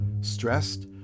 stressed